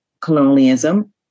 colonialism